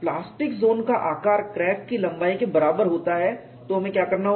plastic zone का आकार crack की लंबाई के बराबर होता है तो हमें क्या करना होगा